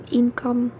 income